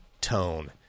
tone